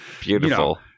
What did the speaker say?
Beautiful